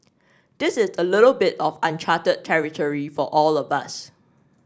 this is a little bit of uncharted territory for all of us